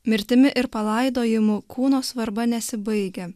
mirtimi ir palaidojimu kūno svarba nesibaigia